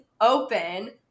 Open